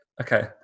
okay